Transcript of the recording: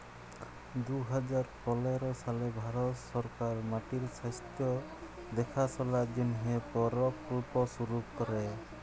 দু হাজার পলের সালে ভারত সরকার মাটির স্বাস্থ্য দ্যাখাশলার জ্যনহে পরকল্প শুরু ক্যরে